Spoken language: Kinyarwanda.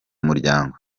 muryango